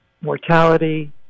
mortality